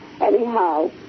Anyhow